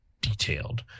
detailed